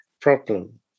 problem